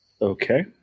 Okay